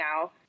now